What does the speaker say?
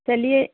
चलिए